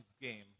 game